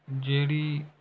ਜਿਹੜੀ